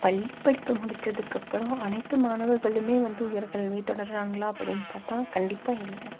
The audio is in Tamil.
பள்ளி படிப்ப முடித்ததுக்கு அப்புறம் அனைத்து மாணவர்களுமே வந்து உயர்கல்வியை தொடர்றாங்களா அப்படினு பார்த்தா கண்டிப்பாக இல்லை